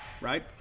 right